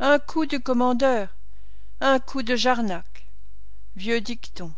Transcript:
un coup du commandeur un coup de jarnac vieux dicton